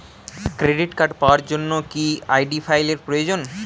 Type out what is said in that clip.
Credit card পাওয়ার জন্য কি আই.ডি ফাইল এর প্রয়োজন?